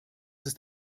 ist